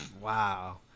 Wow